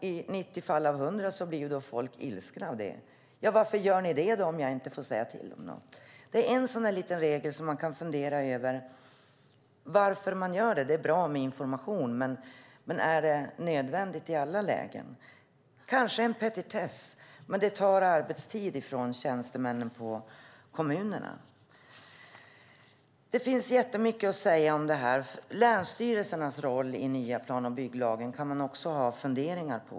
I nio fall av tio blir folk ilskna och vill veta varför man informerar om de ändå inte har någonting att säga till om. Det är en sådan liten regel där man kan fundera över varför den finns. Det är bra med information, men är det nödvändigt i alla lägen? Det kanske är en petitess, men det tar arbetstid från tjänstemännen på kommunerna. Det finns mycket att säga om den nya plan och bygglagen. Länsstyrelsernas roll kan man också ha funderingar på.